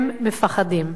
הם מפחדים.